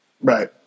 Right